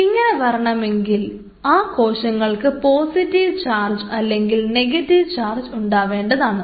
ഇങ്ങനെ വരണമെങ്കിൽ ആ കോശങ്ങൾക്ക് പോസിറ്റീവ് ചാർജ് അല്ലെങ്കിൽ നെഗറ്റീവ് ചാർജ് ഉണ്ടാവേണ്ടതാണ്